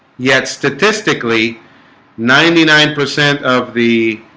yet statistically ninety nine percent of the